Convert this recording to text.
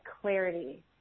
clarity